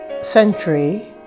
century